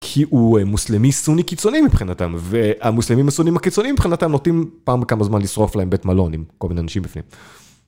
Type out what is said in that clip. כי הוא מוסלמי סוני קיצוני מבחינתם והמוסלמים הסונים הקיצונים מבחינתם נוטים פעם כמה זמן לשרוף להם בית מלון עם כל מיני אנשים בפנים.